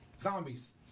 Zombies